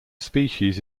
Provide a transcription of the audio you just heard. species